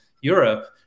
Europe